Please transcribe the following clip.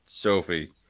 sophie